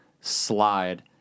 slide